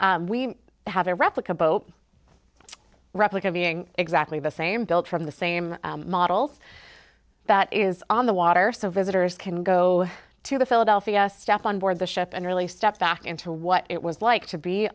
we have a replica boat replica of being exactly the same built from the same model that is on the water so visitors can go to the philadelphia step on board the ship and really step back into what it was like to be